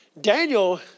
Daniel